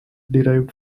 derived